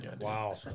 Wow